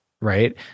right